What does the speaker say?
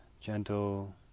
gentle